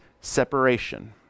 separation